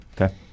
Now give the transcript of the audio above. Okay